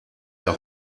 der